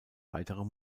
weitere